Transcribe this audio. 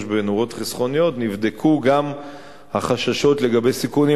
בנורות חסכוניות נבדקו גם החששות לגבי סיכונים.